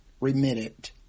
remitted